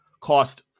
cost